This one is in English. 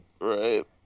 Right